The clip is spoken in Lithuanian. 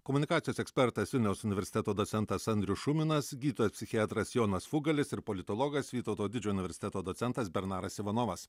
komunikacijos ekspertas vilniaus universiteto docentas andrius šuminas gydytojas psichiatras jonas fugalis ir politologas vytauto didžiojo universiteto docentas bernaras ivanovas